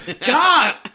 God